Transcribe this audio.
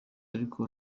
ariko